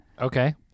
Okay